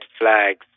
flags